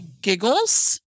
giggles